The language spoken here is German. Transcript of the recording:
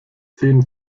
zehn